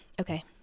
Okay